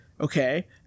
Okay